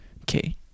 Okay